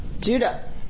Judah